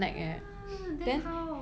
ah then how